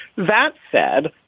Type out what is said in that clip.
that said,